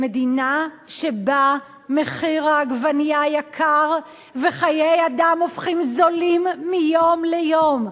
למדינה שבה מחיר העגבנייה יקר וחיי אדם הופכים זולים מיום ליום.